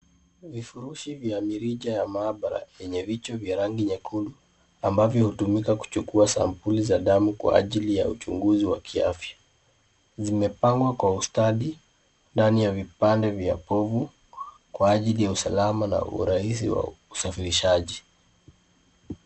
Ni chumba cha maabara ya tiba. Meza ni ya mbao ngumu. Ambayo hutumika kuchukua sampuli za damu kwa ajili ya uchunguzi wa afya. Nina pangwa kwa ustadi. Ndani ya vipaneli vya kioo. Kwa ajili ya usalama na urahisi wa usafishaji.